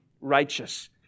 righteous